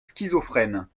schizophrène